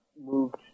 moved